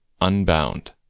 unbound